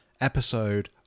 episode